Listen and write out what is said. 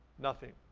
nothing.